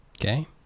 Okay